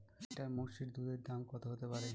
এক লিটার মোষের দুধের দাম কত হতেপারে?